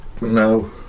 No